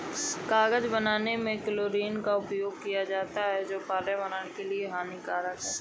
कागज बनाने में क्लोरीन का प्रयोग किया जाता है जो पर्यावरण के लिए हानिकारक है